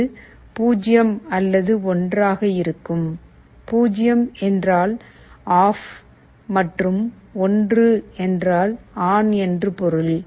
இது 0 அல்லது 1 ஆக இருக்கும் 0 என்றால் ஆஃப் மற்றும் 1 என்றால் ஆன் என்று பொருள்